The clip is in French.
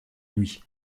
lui